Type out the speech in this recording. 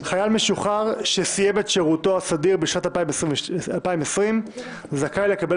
"חייל משוחרר שסיים את שירותו הסדיר בשנת 2020 זכאי לקבל